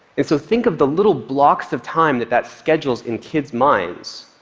and so think of the little blocks of time that that schedules in kids' minds.